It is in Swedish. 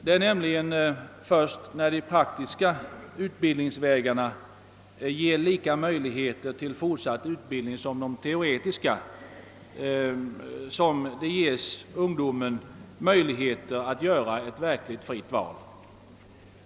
Det är nämligen först när de praktiska utbildningsvägarna ger lika möjligheter till fortsatt utbildning som de teoretiska som ungdomen får möjlighet att göra ett fritt val.